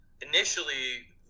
Initially